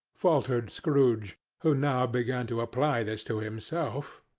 faltered scrooge, who now began to apply this to himself.